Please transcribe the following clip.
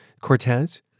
Cortez